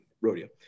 rodeo